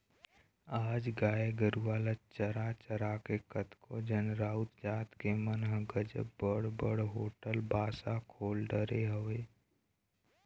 आज गाय गरुवा ल चरा चरा के कतको झन राउत जात के मन ह गजब बड़ बड़ होटल बासा खोल डरे हवय